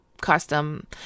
custom